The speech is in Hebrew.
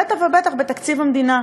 בטח ובטח בתקציב המדינה,